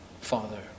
father